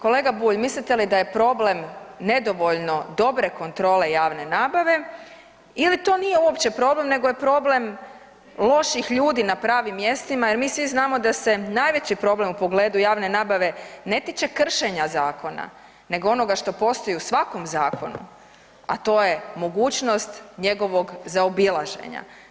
Kolega Bulj, mislite li da je problem nedovoljno dobre kontrole javne nabave ili to nije uopće problem nego je problem loših ljudi na pravim mjestima jer mi svi znamo da se najveći problem u pogledu javne nabave ne tiče kršenja zakona nego onoga što postoji u svakom zakonu, a to je mogućnost njegovog zaobilaženja.